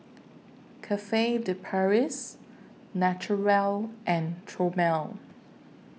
Cafe De Paris Naturel and Chomel